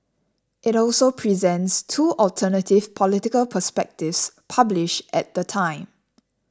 it also presents two alternative political perspectives publish at the time